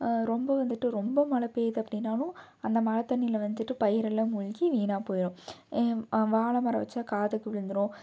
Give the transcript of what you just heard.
ரொம்ப வந்துட்டு ரொம்ப மழை பெய்யுது அப்படினாலும் அந்த மழை தண்ணில வந்துட்டு பயிரெலாம் மூழ்கி வீணாக போயிரும் வாழ மரம் வச்சா காற்றுக்கு விழுந்துரும்